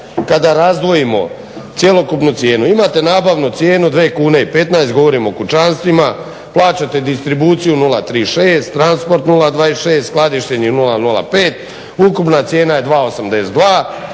kada razdvojimo cjelokupnu cijenu. Imate nabavnu cijenu 2,15 govorim o kućanstvima, plaćate distribuciju 0,36, transport 0,26, skladištenje 0,05 – ukupna cijena je 2,82,